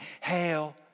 Hail